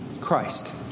Christ